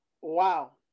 wow